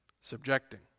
Subjecting